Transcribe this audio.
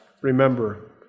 Remember